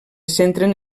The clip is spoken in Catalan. centren